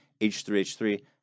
H3H3